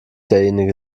derjenige